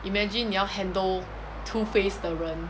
imagine 你要 handle two face 的人